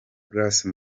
grace